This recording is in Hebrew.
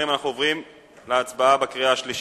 בבקשה.